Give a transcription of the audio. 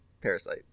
Parasite